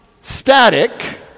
static